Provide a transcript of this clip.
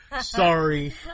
Sorry